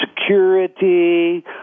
security